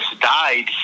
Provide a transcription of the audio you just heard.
died